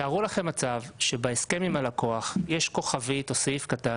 שערו לכם מצב שבהסכם עם הלקוח יש כוכבית או סעיף קטן